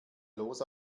los